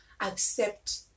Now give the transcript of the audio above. accept